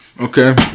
Okay